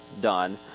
done